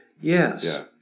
Yes